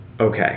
okay